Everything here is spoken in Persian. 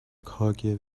کاگب